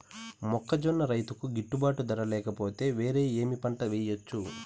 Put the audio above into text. మొక్కజొన్న రైతుకు గిట్టుబాటు ధర లేక పోతే, వేరే ఏమి పంట వెయ్యొచ్చు?